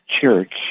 church